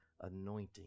anointing